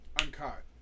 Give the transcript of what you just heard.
Uncut